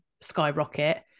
skyrocket